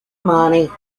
money